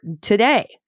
today